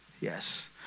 Yes